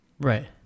Right